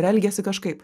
ir elgėsi kažkaip